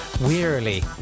wearily